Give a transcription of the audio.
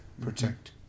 protect